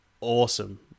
Awesome